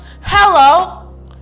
Hello